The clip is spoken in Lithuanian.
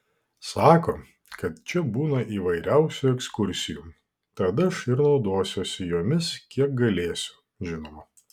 sako kad čia būna įvairiausių ekskursijų tad aš ir naudosiuosi jomis kiek galėsiu žinoma